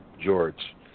George